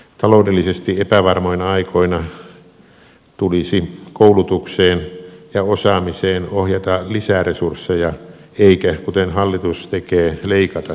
taloudellisesti epävarmoina aikoina tulisi koulutukseen ja osaamiseen ohjata lisää resursseja eikä kuten hallitus tekee leikata sivistyssektorilta